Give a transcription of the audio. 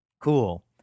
cool